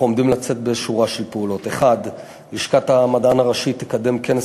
אנחנו עומדים לצאת בשורה של פעולות: 1. לשכת המדען הראשי תקדם כנס